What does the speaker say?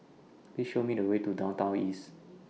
Please Show Me The Way to Downtown East